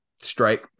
strike